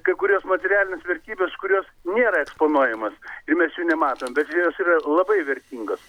kai kurios materialinės vertybės kurios nėra eksponuojamos ir mes jų nematom betgi jos yra labai vertingos